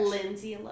Lindsay